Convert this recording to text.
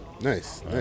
nice